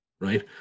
right